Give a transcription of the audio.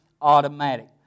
automatic